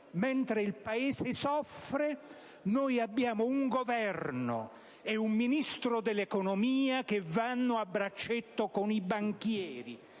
mentre il Paese soffre, abbiamo un Governo e un Ministro dell'economia che vanno a braccetto con i banchieri.